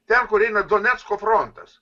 ten kur eina donecko frontas